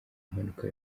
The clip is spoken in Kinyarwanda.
mpanuka